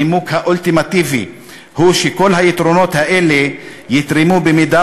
הנימוק האולטימטיבי הוא שכל היתרונות האלה יתרמו במידה